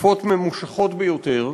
תקופות ממושכות ביותר.